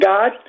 God